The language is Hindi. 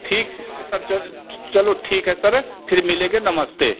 ठीक है चलो ठीक है सर फिर मिलेंगे नमस्ते